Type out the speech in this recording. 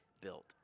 built